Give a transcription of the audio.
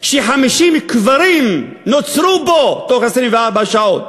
ש-50 קברים נוצרו בו בתוך 24 שעות.